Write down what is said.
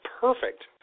perfect